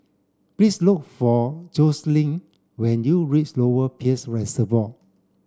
please look for Joselin when you reach Lower Peirce Reservoir